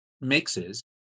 mixes